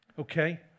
Okay